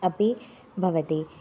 अपि भवति